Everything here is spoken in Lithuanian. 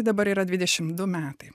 dabar yra dvidešimt du metai